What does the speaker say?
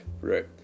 right